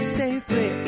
safely